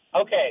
Okay